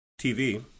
TV